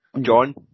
John